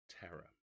terror